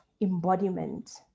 embodiment